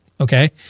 Okay